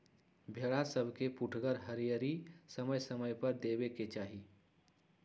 भेड़ा सभके पुठगर हरियरी समय समय पर देबेके चाहि